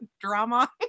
drama